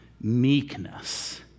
meekness